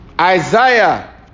Isaiah